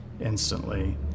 instantly